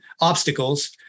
obstacles